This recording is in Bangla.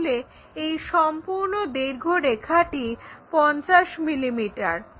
তাহলে এই সম্পূর্ণ দীর্ঘ রেখাটি 50 মিলিমিটার